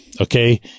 okay